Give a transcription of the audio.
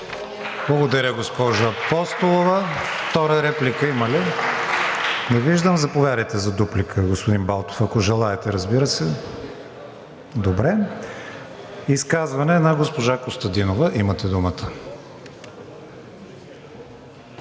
Благодаря, госпожо Апостолова. Втора реплика има ли? Не виждам. Заповядайте за дуплика, господин Балтов, ако желаете, разбира се. Добре. Изказване на госпожа Костадинова. Имате думата.